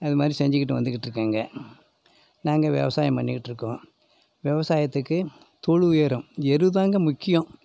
அதுமாதிரி செஞ்சிக்கிட்டு வந்துட்டுருக்கேங்க நாங்கள் விவசாயம் பண்ணிக்கிட்டுருக்கோம் விவசாயத்துக்கு தொழு உயரம் எருதாங்க முக்கியம்